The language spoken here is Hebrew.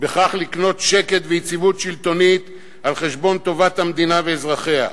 ובכך לקנות שקט ויציבות שלטונית על חשבון טובת המדינה ואזרחיה.